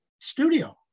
studio